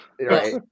Right